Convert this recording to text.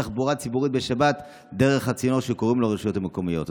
תחבורה ציבורית בשבת דרך הצינור שקוראים לו הרשויות המקומיות?